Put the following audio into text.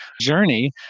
journey